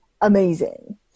amazing